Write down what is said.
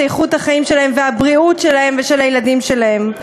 איכות החיים שלהם והבריאות שלהם ושל הילדים שלהם.